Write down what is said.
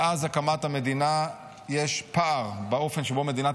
מאז הקמת המדינה יש פער באופן שבו מדינת